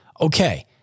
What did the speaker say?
Okay